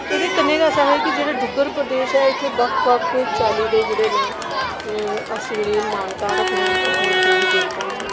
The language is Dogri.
एह्दे कन्नै गै ऐसा ऐ कि जेह्ड़ा डुग्गर प्रदेश ऐ इत्थै बक्ख बक्ख चाल्ली दे जेह्डे़ न अस मानता रक्खने आं अपनी देवी देवताएं च